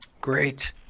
Great